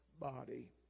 body